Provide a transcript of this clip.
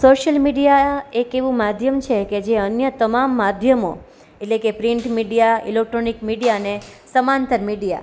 social media એક એવું માધ્યમ છે જે અન્ય તમામ માધ્યમો એટલે કે પ્રિન્ટ મીડિયા ઈલોકટ્રોનિક મીડિયા અને સમાંતર મીડિયા